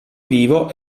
vivo